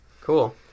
Cool